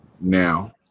now